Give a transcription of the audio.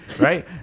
Right